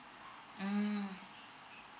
mm